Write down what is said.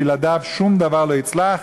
בלעדיו שום דבר לא יצלח.